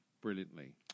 brilliantly